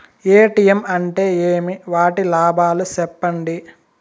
ATM అంటే ఏమి? వాటి లాభాలు సెప్పండి?